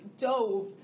dove